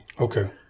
Okay